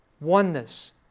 Oneness